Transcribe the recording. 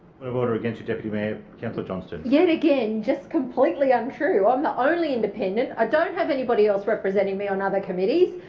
of order against you, deputy mayor. councillor johnston. yet again, just completely untrue. i'm the only independent. i ah don't have anybody else representing me on other committees.